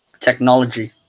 technology